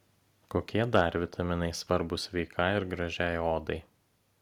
kokie dar vitaminai svarbūs sveikai ir gražiai odai